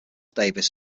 davies